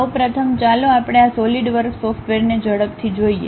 સૌ પ્રથમ ચાલો આપણે આ સોલિડવર્ક સોફ્ટવેરને ઝડપથી જોઈએ